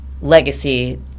legacy